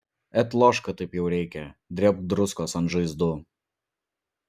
et lošk kad taip jau reikia drėbk druskos ant žaizdų